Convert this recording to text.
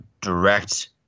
direct